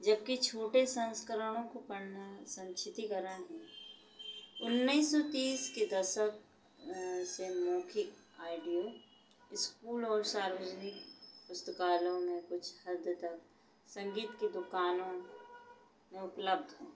जबकि छोटे संस्करणों को पढ़ना संक्षिप्तीकरण है उन्नीस सौ तीस के दशक से मौखिक ऑडियो स्कूल और सार्वजनिक पुस्तकालयों में कुछ हद तक संगीत की दुकानों में उपलब्ध हैं